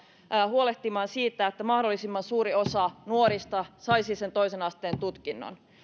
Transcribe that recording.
huolehtimaan siitä että mahdollisimman suuri osa nuorista saisi sen toisen asteen tutkinnon